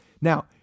Now